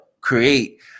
create